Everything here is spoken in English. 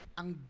ang